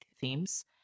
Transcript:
themes